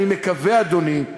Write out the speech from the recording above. אני מקווה, אדוני,